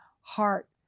heart